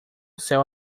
céu